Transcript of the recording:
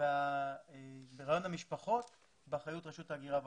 וראיון המשפחות באחריות רשות ההגירה והאוכלוסין.